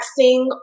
texting